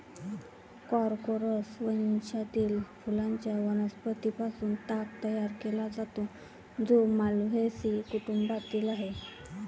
Corchorus वंशातील फुलांच्या वनस्पतीं पासून ताग तयार केला जातो, जो माल्व्हेसी कुटुंबातील आहे